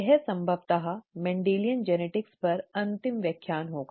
यह संभवतः Mendelian genetics पर अंतिम व्याख्यान होगा